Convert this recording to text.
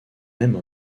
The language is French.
même